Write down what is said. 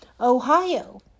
Ohio